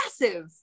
massive